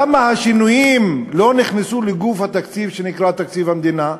למה השינויים לא נכנסו לגוף התקציב שנקרא "תקציב המדינה"?